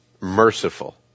merciful